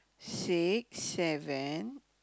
six seven